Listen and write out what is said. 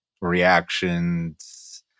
reactions